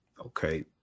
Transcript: Okay